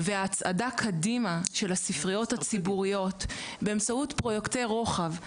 והצעדה קדימה של הספריות הציבוריות באמצעות פרויקטים של רוחב,